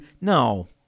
No